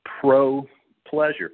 pro-pleasure